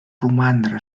romandre